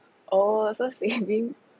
oh so saving